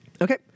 Okay